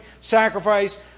sacrifice